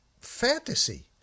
fantasy